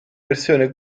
versione